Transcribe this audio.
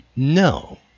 No